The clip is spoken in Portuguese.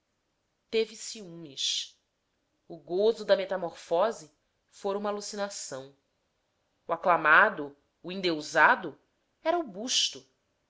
teve ciúmes o gozo da metamorfose fora uma alucinação o aclamado o endeusado era o busto